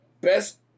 best